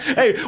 hey